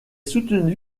soutenu